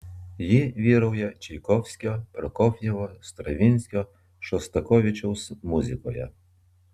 ji vyrauja čaikovskio prokofjevo stravinskio šostakovičiaus muzikoje